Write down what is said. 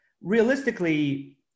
realistically